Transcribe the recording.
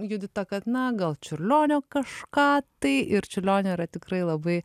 judita kad na gal čiurlionio kažką tai ir čiurlionio yra tikrai labai